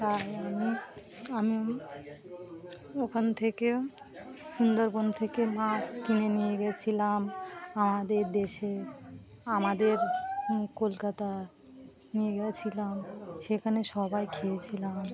তাই আমি আমি ওখান থেকে সুন্দরবন থেকে মাছ কিনে নিয়ে গিয়েছিলাম আমাদের দেশে আমাদের কলকাতা নিয়ে গিয়েছিলাম সেখানে সবাই খেয়েছিলাম